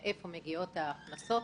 מאיפה מגיעות ההכנסות.